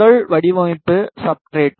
முதல் வடிவமைப்பு சப்ஸ்ட்ரட்